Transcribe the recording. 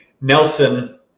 Nelson